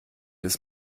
des